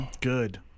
Good